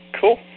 cool